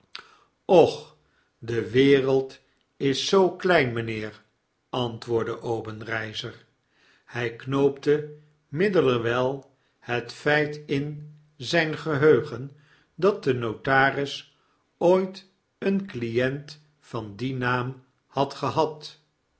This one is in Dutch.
och de wereld is zoo klein mijnheer i antwoordde obenreizer hij knoopte middelerwijl het feit in zijn geheugen dat de notaris ooit een client van dien naam had gehad